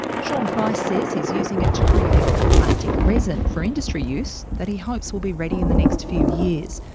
shawn price says he is using it to create a plastic resin for industry use that he hopes will be ready in the next few years.